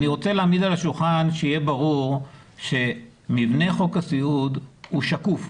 אני רוצה להעמיד על השולחן שיהיה ברור שמבנה חוק הסיעוד הוא שקוף.